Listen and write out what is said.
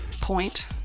point